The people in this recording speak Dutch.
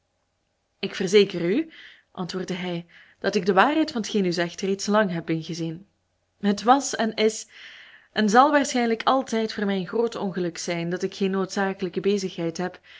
ik verzeker u antwoordde hij dat ik de waarheid van t geen u zegt reeds lang heb ingezien het was en is en zal waarschijnlijk altijd voor mij een groot ongeluk zijn dat ik geen noodzakelijke bezigheid heb